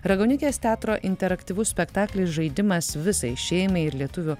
raganiukės teatro interaktyvus spektaklis žaidimas visai šeimai ir lietuvių